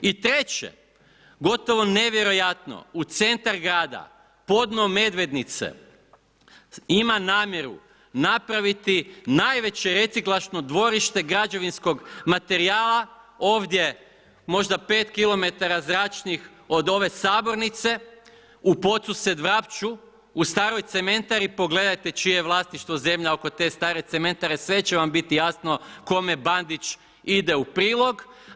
I treće, gotovo nevjerojatno, u centar grada, podno Medvednice ima namjeru napraviti najveće reciklažno dvorište građevinskog materijala ovdje možda 5 km zračnih od ove sabornice, u Podsused Vrapču, u staroj cementari pogledajte čije je vlasništvo zemlja oko te stare cementare i sve će vam biti jasno kome Bandić ide u prilog.